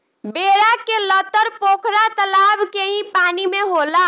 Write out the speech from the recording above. बेरा के लतर पोखरा तलाब के ही पानी में होला